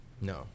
No